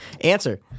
Answer